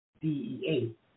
DEA